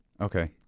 Okay